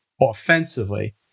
offensively